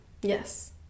Yes